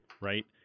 right